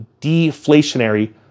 deflationary